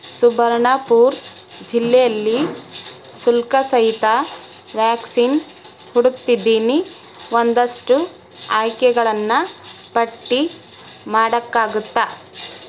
ಸುಬರ್ಣಪುರ್ ಜಿಲ್ಲೆಯಲ್ಲಿ ಶುಲ್ಕ ಸಹಿತ ವ್ಯಾಕ್ಸಿನ್ ಹುಡುಕ್ತಿದ್ದೀನಿ ಒಂದಷ್ಟು ಆಯ್ಕೆಗಳನ್ನು ಪಟ್ಟಿ ಮಾಡೋಕ್ಕಾಗತ್ತ